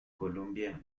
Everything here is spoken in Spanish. columbia